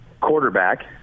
quarterback